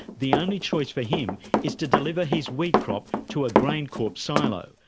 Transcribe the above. the only choice for him is to deliver his wheat crop to a graincorp silo,